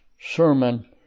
sermon